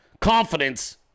confidence